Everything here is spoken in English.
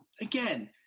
again